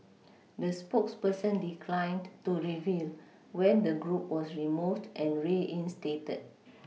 the spokesperson declined to reveal when the group was removed and reinstated